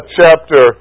chapter